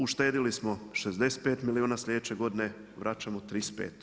Uštedili smo 65 milijuna sljedeće godine, vraćamo 35.